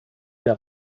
der